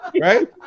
right